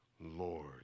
Lord